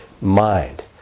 mind